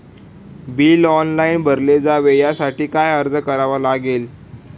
Bill online भरले जावे यासाठी काय अर्ज करावा लागेल?